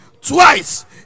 twice